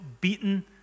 beaten